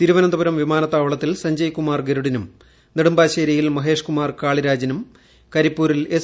തിരുവനന്തപുരം വിമാനത്താവളത്തിൽ സഞ്ജയ്കുമാർ ഗരുഡിനും നെടുമ്പാശ്ശേരിയിൽ മഹേഷ് കുമാർ കാളിരാജിനും കരിപ്പൂരിൽ എസ്